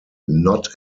not